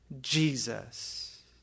Jesus